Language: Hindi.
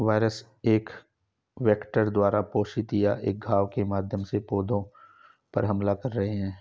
वायरस एक वेक्टर द्वारा प्रेषित या एक घाव के माध्यम से पौधे पर हमला कर रहे हैं